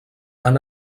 han